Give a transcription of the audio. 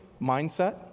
mindset